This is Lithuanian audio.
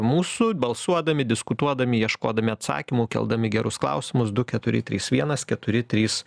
mūsų balsuodami diskutuodami ieškodami atsakymo keldami gerus klausimus du keturi trys vienas keturi trys